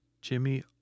Jimmy